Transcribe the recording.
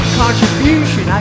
contribution